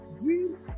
dreams